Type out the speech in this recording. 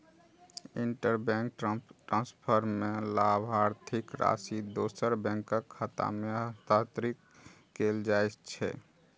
interbank transfer मे लाभार्थीक राशि दोसर बैंकक खाता मे हस्तांतरित कैल जाइ छै